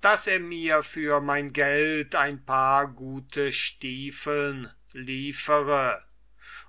daß er mir für mein geld ein paar gute stiefeln liefere